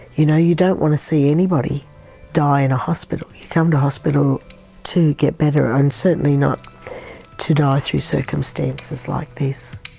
you know you don't want to see anybody die in a hospital. you come to a hospital to get better and certainly not to die through circumstances like this.